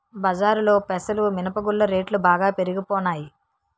బజారులో పెసలు మినప గుళ్ళు రేట్లు బాగా పెరిగిపోనాయి